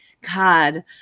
God